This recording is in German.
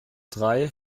drei